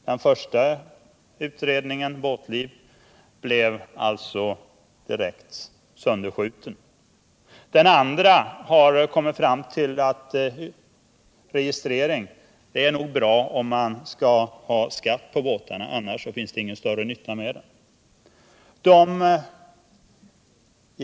Den första utredningen, Båtliv, blev direkt sönderskjuten. Den andra kom fram till att registrering nog är bra om man skall ha skatt på båtarna — annars är det ingen större nytta med den.